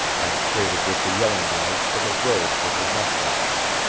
and traded with the yellow knives for the robes of the musk-ox.